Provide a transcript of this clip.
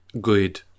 good